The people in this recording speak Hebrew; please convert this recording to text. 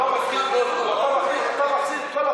חבר הכנסת ואאל יונס, בבקשה.